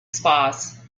spas